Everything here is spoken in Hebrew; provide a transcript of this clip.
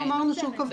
לא אמרנו שהוא כפוף.